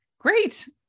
Great